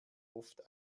oft